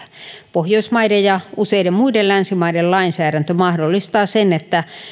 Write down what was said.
pohjoismaiden ja useiden muiden länsimaiden lainsäädäntö mahdollistaa sen että